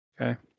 Okay